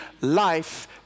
life